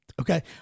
Okay